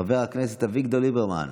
חבר הכנסת אביגדור ליברמן,